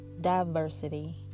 diversity